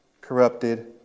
corrupted